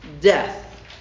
death